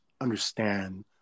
understand